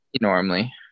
normally